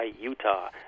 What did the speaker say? Utah